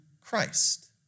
Christ